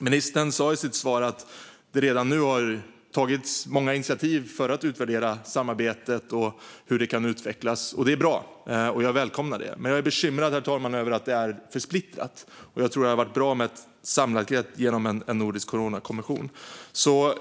Ministern sa i sitt svar att det redan nu har tagits många initiativ för att utvärdera samarbetet och hur det kan utvecklas. Detta är bra; jag välkomnar det. Men jag är bekymrad, herr talman, över att det är för splittrat. Jag tror att det hade varit bra att samverka genom en nordisk coronakommission.